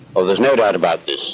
ah there's no doubt about this.